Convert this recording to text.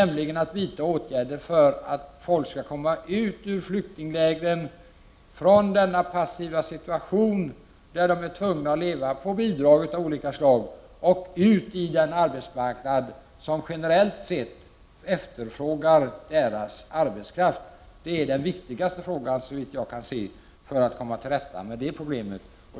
Vi skall vidta åtgärder för att människor skall komma från flyktingförläggningarna — från denna passiva situation där de är tvungna att leva på bidrag av olika slag — och ut på den arbetsmarknad som generellt sett efterfrågar deras arbetskraft. Det är den viktigaste frågan, såvitt jag kan se, för att komma till rätta med problemet.